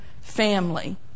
family